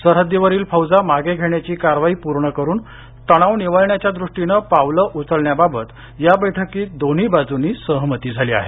सरह्दीवरील फौजा मागे घेण्याची कारवाई पूर्ण करून तणाव निवळण्याच्या दृष्टीनं पावलं उचलण्याबाबत या बैठकीत दोन्ही बाजूंनी सहमती झाली आहे